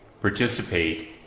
participate